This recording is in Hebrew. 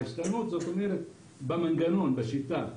ההשתנות היא במנגנון, בשיטה.